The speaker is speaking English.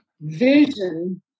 vision